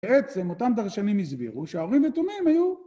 בעצם אותם דרשנים הסבירו שהאורים ותומים היו